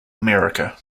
america